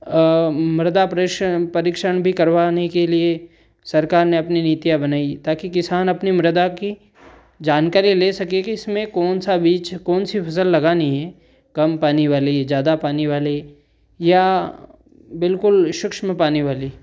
मृदा परिक्षण भी करवाने के लिए सरकार ने अपनी नीतियाँ बनाई ताकि किसान अपनी मृदा की जानकारियाँ ले सके कि इसमें कौनसा बीज कौनसी फ़सल लगानी है कम पानी वाली ज़्यादा पानी वाली या बिल्कुल सूक्ष्म पानी वाली